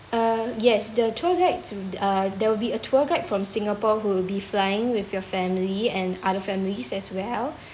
uh yes the tour guides uh there will be a tour guide from singapore who would be flying with your family and other families as well